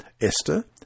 Esther